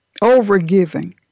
overgiving